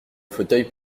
fauteuil